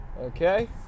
Okay